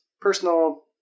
personal